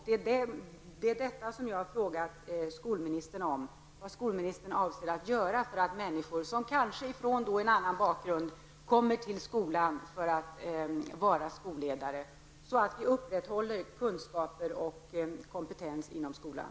Det är detta jag har tagit upp i min fråga till skolministern. Vad avser skolministern göra för att de människor som, kanske med en annan bakgrund, kommer till skolan som skolledare skall kunna upprätthålla kunskaper och kompetens inom skolan?